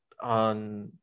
on